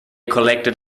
collected